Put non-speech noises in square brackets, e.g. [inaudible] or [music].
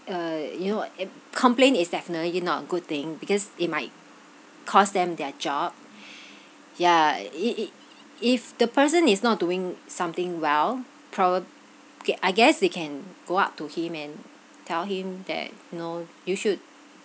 uh you know a complain is definitely not a good thing because it might cost them their job yeah it it [noise] if the person is not doing something well probab~ okay I guess you can go up to him and tell him that no you should